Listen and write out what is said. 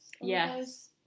yes